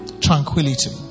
Tranquility